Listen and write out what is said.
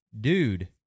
Dude